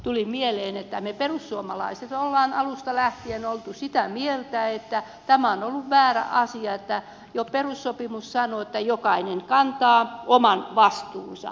tuli mieleen että me perussuomalaiset olemme alusta lähtien olleet sitä mieltä että tämä on ollut väärä asia että jo perussopimus sanoo että jokainen kantaa oman vastuunsa